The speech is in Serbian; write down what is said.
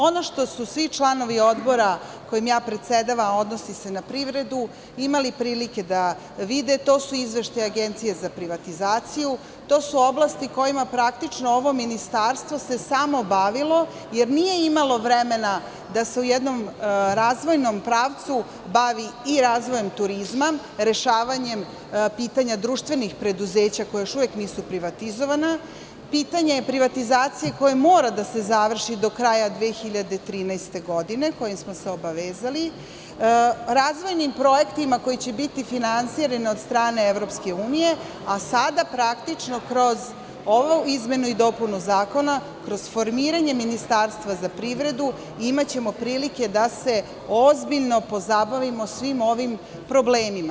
Ono što su svi članovi odbora kojim ja predsedavam, odnosi se na privredu, imali prilike da vide, to su izveštaj Agencije za privatizaciju, to su oblasti kojima praktično ovo ministarstvo se samo bavilo, jer nije imalo vremena da se u jednom razvojnom pravcu bavi i razvojem turizma, rešavanjem pitanja društvenih preduzeća, koja još uvek nisu privatizovana, pitanje privatizacije koje mora da se završi do kraja 2013. godine, kojim smo se obavezali, razvojnim projektima koji će biti finansirani od strane EU, a sada praktično kroz ovu izmenu i dopunu zakona, kroz formiranje Ministarstva za privredu imaćemo prilike da se ozbiljno pozabavimo svim ovim problemima.